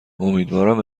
امیدوارم